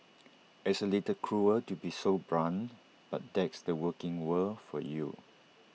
it's A little cruel to be so blunt but that's the working world for you